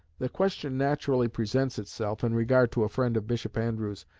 the question naturally presents itself, in regard to a friend of bishop andrewes,